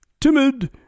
timid